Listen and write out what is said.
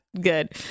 good